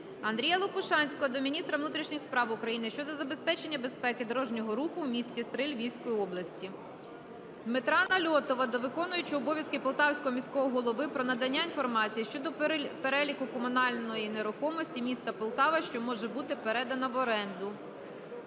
Андрія Лопушанського до міністра внутрішніх справ України щодо забезпечення безпеки дорожнього руху у місті Стрий Львівської області. Дмитра Нальотова до виконуючого обов'язки Полтавського міського голови про надання інформації щодо переліку комунальної нерухомості міста Полтава, що може бути передана в оренду.